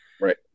Right